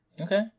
Okay